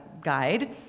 guide